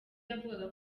yavugaga